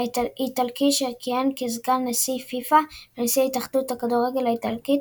איטלקי שכיהן כסגן-נשיא פיפ"א ונשיא התאחדות הכדורגל האיטלקית,